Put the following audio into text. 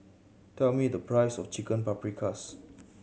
tell me the price of Chicken Paprikas